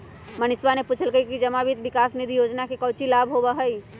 मनीषवा ने पूछल कई कि जमा वित्त विकास निधि योजना से काउची लाभ होबा हई?